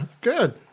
good